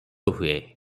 ହୁଏ